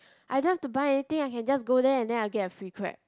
I don't have to buy anything I can just go there and then I'll get a free crab